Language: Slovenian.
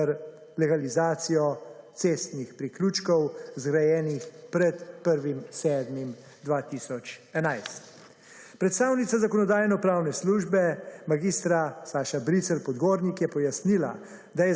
ter legalizacijo cestnih priključkov, zgrajenih pred 1. julijem 2011. Predstavnica Zakonodajno-pravne službe, mag. Saša Bricelj Podgornik je pojasnila,